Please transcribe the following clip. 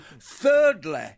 Thirdly